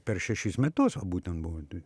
per šešis metus va būtent buvo